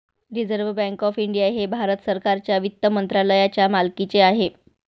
reserve bank of India हे भारत सरकारच्या वित्त मंत्रालयाच्या मालकीचे आहे